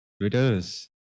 Twitters